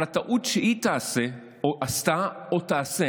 אבל הטעות שהיא עשתה או תעשה